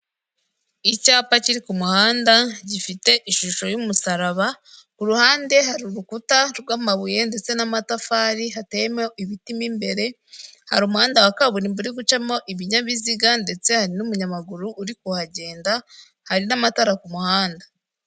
Icyapa kiri ku muhanda gifite ishusho y'umusaraba ku ruhande hari urukuta rw'amabuye ndetse n'amatafari, hatemewe ibiti imbere hari umuhanda wa kaburimbo uri gucamo ibinyabiziga ndetse hari n'umunyamaguru uri kuhagenda hari n'amatara ku muhanda.